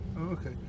okay